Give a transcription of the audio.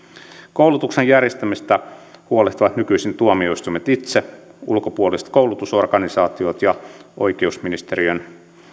koulutuksen järjestämisestä huolehtivat nykyisin tuomioistuimet itse ulkopuoliset koulutusorganisaatiot ja oikeusministeriön